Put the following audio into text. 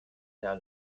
der